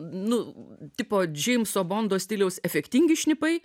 nu tipo džeimso bondo stiliaus efektingi šnipai